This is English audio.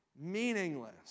meaningless